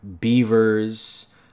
beavers